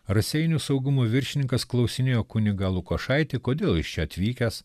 raseinių saugumo viršininkas klausinėjo kunigą lukošaitį kodėl jis čia atvykęs